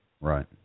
Right